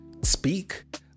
speak